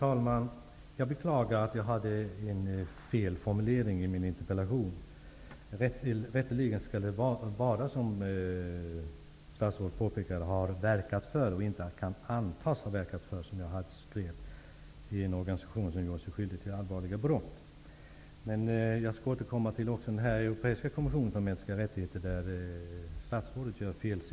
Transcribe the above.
Herr talman! Jag beklagar att jag hade en felaktig formulering i min interpellation. Det skall rätteligen vara som statsrådet påpekade, har verkat för, och inte kan antas ha verkat för en organisation som gjort sig skyldig till allvarliga brott, som jag skrev. Jag skall också återkomma till den europeiska kommissionen för mänskliga rättigheter. Statsrådet citerar fel där.